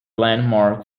landmark